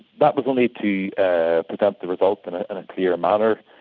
that was only to present the results in a and clear manner.